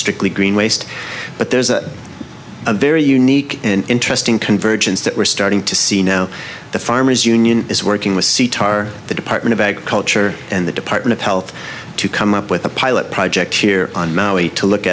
strictly green waste but there's a very unique and interesting convergence that we're starting to see now the farmers union is working with c tar the department of agriculture and the department of health to come up with a pilot project here on maui to look